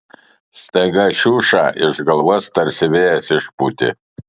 staiga šiušą iš galvos tarsi vėjas išpūtė